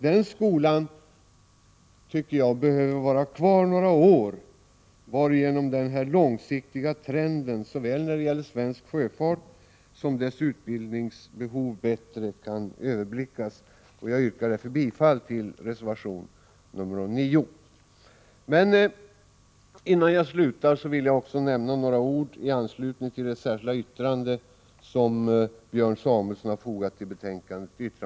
Den skolan behöver vara kvar några år, varigenom den långsiktiga trenden när det gäller såväl svensk sjöfart som dess utbildningskrav bättre kan överblickas. Jag yrkar därför bifall till reservation 9. Innan jag slutar vill jag säga några ord i anslutning till det särskilda yrkande nr 2 som Björn Samuelson har fogat till betänkandet.